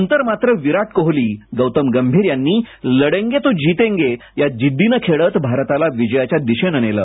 नंतर मात्र विरा कोहिली गौतम गंभीर यांनी लडेंगे तो जितेंगे या जिद्दीने खेळत भारताला विजयाच्या दिशेने नेले